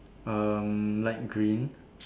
um light green